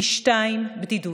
פי שניים בדידות,